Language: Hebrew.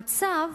ומצב